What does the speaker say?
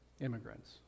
Immigrants